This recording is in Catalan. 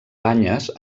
banyes